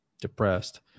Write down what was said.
depressed